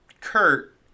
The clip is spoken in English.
kurt